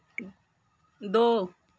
दो